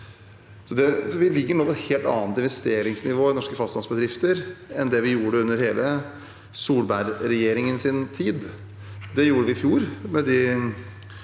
Vi ligger nå på et helt annet investeringsnivå i norske fastlandsbedrifter enn vi gjorde under hele Solberg-regjeringens tid. Det gjorde vi med